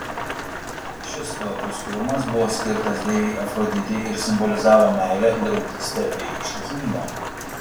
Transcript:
šis kvapus krūmas buvo skirtas deivei afroditei ir simbolizavo meilę draugystę bei ištikimybę